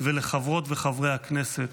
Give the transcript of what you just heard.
ולחברות וחברי הכנסת